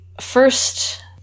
first